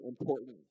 important